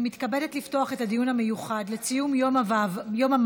אני מתכבדת לפתוח את הדיון המיוחד לציון יום המאבק